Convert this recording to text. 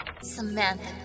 Samantha